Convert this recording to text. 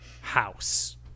house